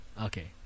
Okay